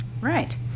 Right